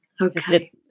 Okay